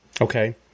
Okay